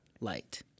light